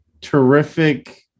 terrific